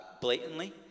blatantly